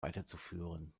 weiterzuführen